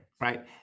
right